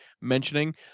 mentioning